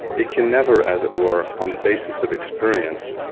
it can never as it were, on the basis of experience,